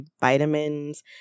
vitamins